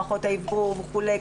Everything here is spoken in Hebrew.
מערכות האוורור וכולי.